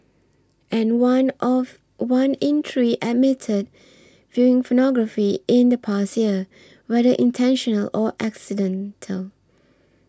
and one of one in three admitted viewing pornography in the past year whether intentional or accidental